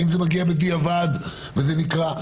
האם זה מגיע בדיעבד וזה נקרא?